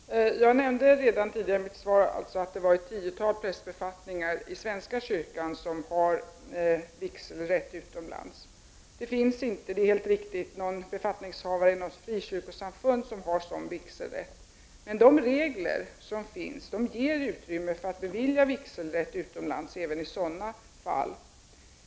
Herr talman! Jag nämnde redan i svaret att det var ett tiotal prästbefattningar i svenska kyrkan som har vigselrätt utomlands. Det är riktigt att det inte finns någon befattningshavare i något frikyrkosamfund som har sådan vigselrätt, men de regler som finns ger utrymme för att bevilja vigselrätt utomlands även i sådana fall.